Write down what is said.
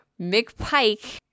McPike